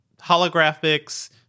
holographics